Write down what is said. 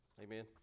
Amen